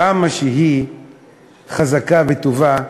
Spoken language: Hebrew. כמה שהיא חזקה וטובה,